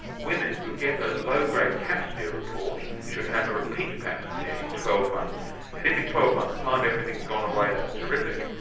women who get a low grade pap smear report should have a repeat pap smear in twelve months. and if in twelve months time everything has gone away, that's terrific.